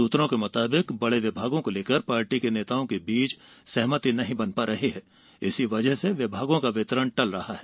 सूत्रों के मुताबिक बड़े विभागों को लेकर पार्टी के नेताओं के बीच सहमति नहीं बन पा रही है इसी वजह से विभागों का वितरण टल रहा है